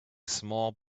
small